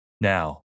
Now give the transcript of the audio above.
Now